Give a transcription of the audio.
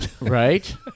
Right